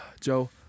Joe